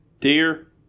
Dear